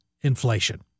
inflation